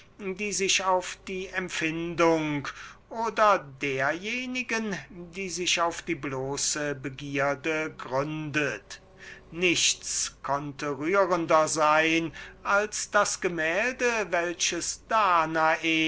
die sich auf die empfindung oder derjenigen die sich auf die bloße begierde gründet nichts könnte rührender sein als das gemälde welches danae